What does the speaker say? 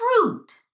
Fruit